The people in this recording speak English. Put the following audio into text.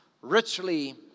Richly